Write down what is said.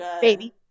baby